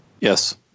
Yes